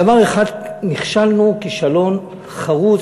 בדבר אחד נכשלנו כישלון חרוץ,